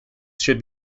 should